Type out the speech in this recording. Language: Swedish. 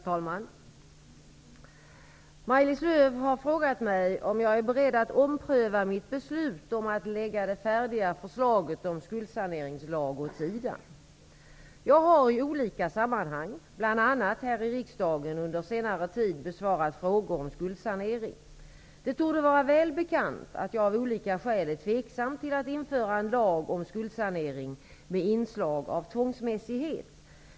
Herr talman! Maj-Lis Lööw har frågat mig om jag är beredd att ompröva mitt beslut om att lägga det färdiga förslaget om skuldsaneringslag åt sidan. Jag har i olika sammanhang, bl.a. här i riksdagen, under senare tid besvarat frågor om skuldsanering. Det torde vara väl bekant att jag av olika skäl är tveksam till att införa en lag om skuldsanering med inslag av tvångsmässighet.